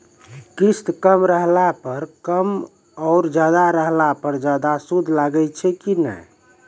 किस्त कम रहला पर कम और ज्यादा रहला पर ज्यादा सूद लागै छै कि नैय?